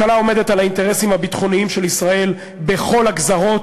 הממשלה עומדת על האינטרסים הביטחוניים של ישראל בכל הגזרות.